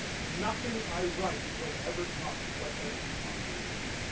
nothing i write will ever top what they can top me with.